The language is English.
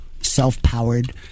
self-powered